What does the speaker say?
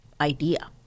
idea